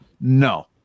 No